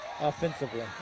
offensively